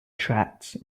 tracts